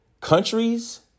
countries